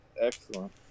excellent